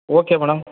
okay madam